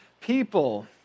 people